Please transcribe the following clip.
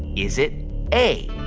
is it a,